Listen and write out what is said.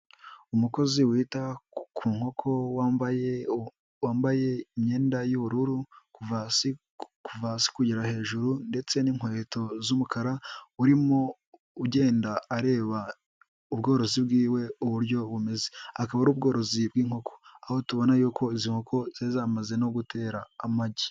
Umukozi wita ku nkoko, wambaye imyenda y'ubururu kuva hasi kugera hejuru ndetse n'inkweto z'umukara, urimo ugenda areba ubworozi bw'iwe uburyo bumeze, akaba ari ubworozi bw'inkoko, aho tubona yuko izi nkoko zari zamaze no gutera amagi.